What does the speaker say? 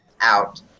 out